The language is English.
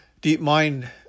DeepMind